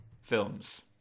films